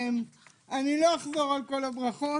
לא אחזור על כל הברכות.